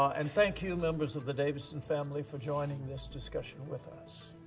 and thank you, members of the davidson family, for joining this discussion with us.